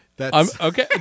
okay